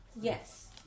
yes